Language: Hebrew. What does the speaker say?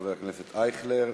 חבר הכנסת אייכלר,